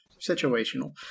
situational